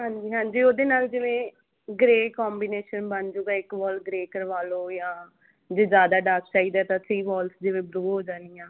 ਹਾਂਜੀ ਹਾਂਜੀ ਉਹਦੇ ਨਾਲ ਜਿਵੇਂ ਗਰੇ ਕੌਂਬੀਨੇਸ਼ਨ ਬਣ ਜੂਗਾ ਇੱਕ ਵਾਲ ਗਰੇ ਕਰਵਾ ਲਓ ਜਾਂ ਜੇ ਜ਼ਿਆਦਾ ਡਾਰਕ ਚਾਹੀਦਾ ਤਾਂ ਥਰੀ ਵਾਲਸ ਜਿਵੇਂ ਬਰੋ ਹੋ ਜਾਣੀਆਂ